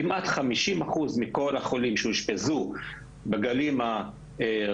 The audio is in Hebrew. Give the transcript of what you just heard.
כמעט 50 אחוז מכל החולים שאושפזו בגלים הראשון,